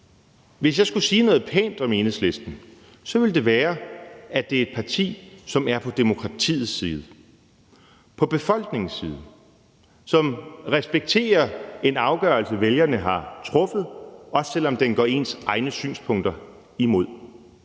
hvis jeg skulle sige noget pænt om Enhedslisten, ville det være, at det er et parti, som er på demokratiets side, på befolkningens side, og som respekterer en afgørelse, vælgerne har truffet, også selv om den går ens egne synspunkter imod.